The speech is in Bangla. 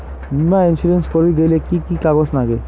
বীমা ইন্সুরেন্স করির গেইলে কি কি কাগজ নাগে?